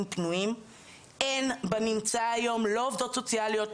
פנויים אין בנמצא היום לא עובדות סוציאליות,